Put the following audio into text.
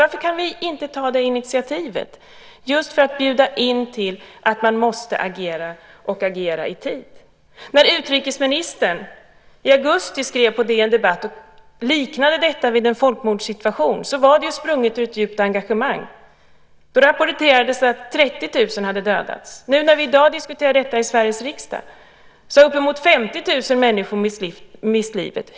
Varför kan vi inte ta initiativ till att agera och agera i tid? När utrikesministern i augusti skrev på DN Debatt och liknade detta vid en folkmordssituation var det sprunget ur ett djupt engagemang. Där rapporterades att 30 000 hade dödats. När vi i dag diskuterar detta i Sveriges riksdag har uppemot 50 000 människor mist sina liv.